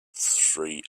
three